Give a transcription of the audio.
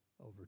over